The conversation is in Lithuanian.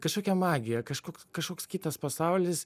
kažkokia magija kažkoks kažkoks kitas pasaulis